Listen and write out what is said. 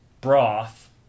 broth